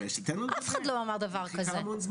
אף אחד לא אמר דבר כזה.